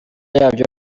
yabyo